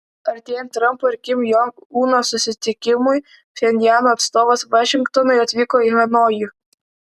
artėjant trampo ir kim jong uno susitikimui pchenjano atstovas vašingtonui atvyko į hanojų